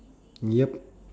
yup